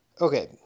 Okay